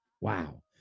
wow